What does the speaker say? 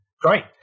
great